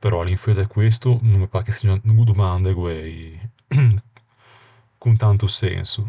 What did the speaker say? Però à l'infeua de questo no me pâ che seggian de domande guæi con tanto senso.